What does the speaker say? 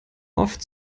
oft